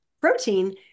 protein